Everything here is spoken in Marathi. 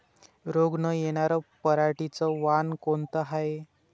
रोग न येनार पराटीचं वान कोनतं हाये?